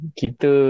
kita